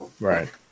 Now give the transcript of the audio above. Right